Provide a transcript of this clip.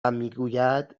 میگوید